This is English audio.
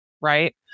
right